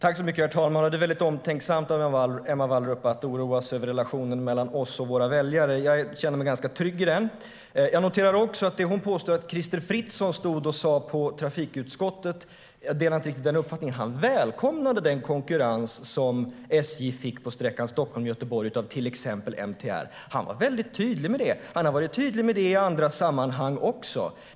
Herr talman! Det är omtänksamt av Emma Wallrup att oroa sig för relationen mellan oss och våra väljare. Jag känner mig ganska trygg i den relationen. Jag noterar att Emma Wallrup tog upp vad Crister Fritzson sa på trafikutskottet. Jag delar inte riktigt hennes uppfattning. Han välkomnade den konkurrens som SJ fått på sträckan Stockholm-Göteborg av bland annat MTR. Han var väldigt tydlig med det. Han har varit tydlig med det också i andra sammanhang.